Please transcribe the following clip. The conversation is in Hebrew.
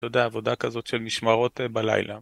אתה יודע, עבודה כזאת של משמרות בלילה